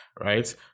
right